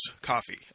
coffee